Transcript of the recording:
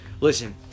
listen